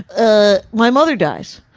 ah my mother dies.